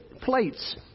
plates